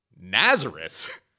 Nazareth